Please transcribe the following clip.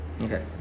Okay